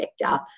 sector